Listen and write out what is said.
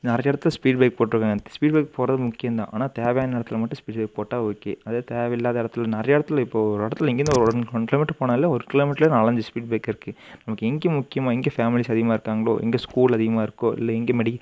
நிறைய இடத்துல speed break போட்டிருக்காங்க அந்த ஸ்பீட் ப்ரேக் போடுறது முக்கியந்தான் ஆனால் தேவையான இடத்துல மட்டும் ஸ்பீட் ப்ரேக் போட்டால் ஓகே அதே தேவையில்லாத இடத்துல நிறைய இடத்துல இப்போது ஒரு இடத்துல இங்கேயிருந்து ஒரு ரெண்டு ஒன்றரை மீட்டர் போனாலே ஒரு கிலோமீட்டர்லேயே நாலஞ்சு ஸ்பீட் ப்ரேக் இருக்குது நமக்கு எங்கே முக்கியமாக எங்கே ஃபேமிலிஸ் அதிகமாக இருக்காங்களோ எங்கே ஸ்கூல் அதிகமாக இருக்கோ இல்லை எங்கே மெடிக்